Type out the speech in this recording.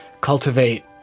cultivate